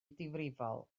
difrifol